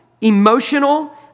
emotional